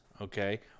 okay